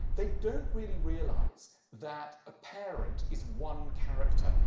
they don't really realize that a parent is one character.